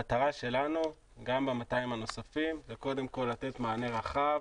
המטרה שלנו גם ב-200 הנוספים קודם כל לתת מענה רחב